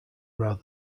rather